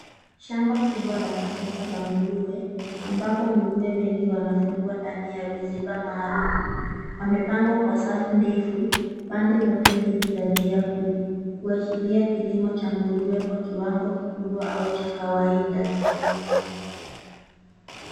Shamba kubwa la kisasa la nguruwe, ambapo nguruwe wengi wanafungwa ndani ya viziba maalum. Wamepangwa kwa safu ndefu pande zote mbili za njia kuu kuashiria kilmo cha nguruwe kwa kiwango kikubwa au cha kawaida.